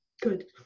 Good